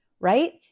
right